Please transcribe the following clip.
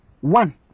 one